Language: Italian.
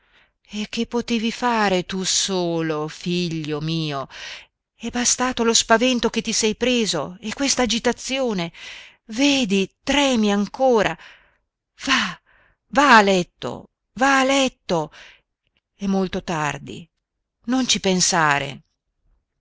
e che potevi fare tu solo figlio mio è bastato lo spavento che ti sei preso e quest'agitazione vedi tremi ancora va va a letto va a letto è molto tardi non ci pensare